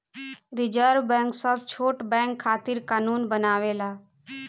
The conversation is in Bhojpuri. रिज़र्व बैंक सब छोट बैंक खातिर कानून बनावेला